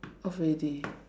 off already